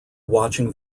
watching